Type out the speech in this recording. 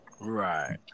right